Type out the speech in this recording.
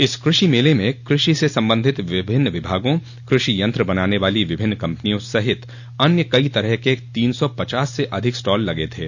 इस कृषि मेले में कृषि से संबंधित विभिन्न विभागों कृषि यंत्र बनाने वाली विभिन्न कंपनियों सहित अन्य कई तरह के तीन सौ पचास से अधिक स्टॉल लगे थे